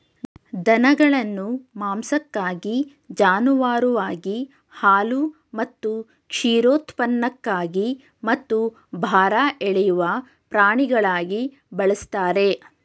ದನಗಳನ್ನು ಮಾಂಸಕ್ಕಾಗಿ ಜಾನುವಾರುವಾಗಿ ಹಾಲು ಮತ್ತು ಕ್ಷೀರೋತ್ಪನ್ನಕ್ಕಾಗಿ ಮತ್ತು ಭಾರ ಎಳೆಯುವ ಪ್ರಾಣಿಗಳಾಗಿ ಬಳಸ್ತಾರೆ